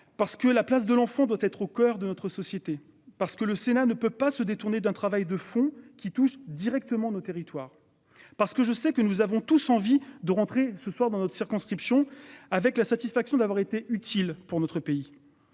Parce que la place de l'enfant doit être au coeur de notre société parce que le Sénat ne peut pas se détourner d'un travail de fond qui touchent directement nos territoires. Parce que je sais que nous avons tous envie de rentrer ce soir dans notre circonscription avec la satisfaction d'avoir été utile pour notre pays.